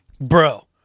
Bro